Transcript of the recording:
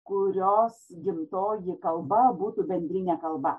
kurios gimtoji kalba būtų bendrinė kalba